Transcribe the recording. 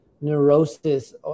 neurosis